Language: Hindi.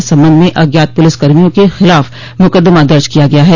इस संबंध में अज्ञात पुलिस कर्मियों के खिलाफ मुकदमा दर्ज किया गया है